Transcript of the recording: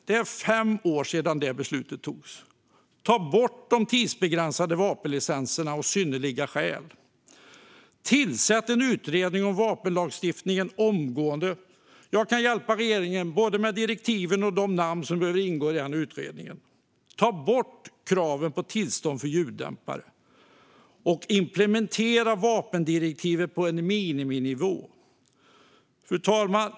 Det är fem år sedan detta beslut togs. Ta bort de tidsbegränsade vapenlicenserna och begreppet "synnerliga skäl"! Tillsätt en utredning om vapenlagstiftningen omgående! Jag kan hjälpa regeringen både med direktiven och med de namn som behöver ingå i den utredningen. Ta bort kraven på tillstånd för ljuddämpare! Implementera vapendirektivet på en miniminivå! Fru talman!